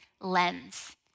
lens